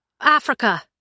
Africa